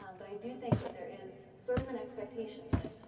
um but i do think that there is sort of an expectation that,